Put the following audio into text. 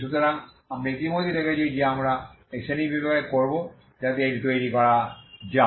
সুতরাং আমরা ইতিমধ্যেই দেখেছি যে আমরা এই শ্রেণীবিভাগে করবো যাতে এটিকে তৈরি করা যায়